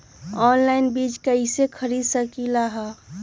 Online बीज कईसे खरीद सकली ह?